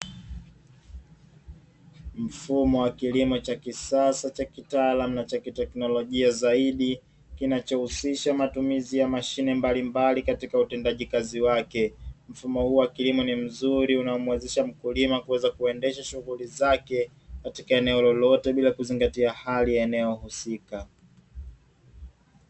Mfumo wa kilimo cha kisasa na cha kitaalamu cha kitekinolojia zaidi, kinachohusisha matumizi ya mashine mbalimbali katika utendaji wake. Mfumo huu wa kilimo ni mzuri unaomuwezesha mkulima kuweza kuendesha shughuli zake katika eneo lolote, bila kuzingatia hali ya eneo husika.